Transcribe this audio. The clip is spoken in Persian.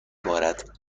بارد